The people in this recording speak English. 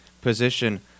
position